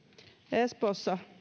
espoossa